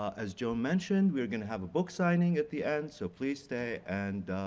as joan mentioned, we are going to have a book signing at the end, so please stay and.